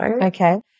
Okay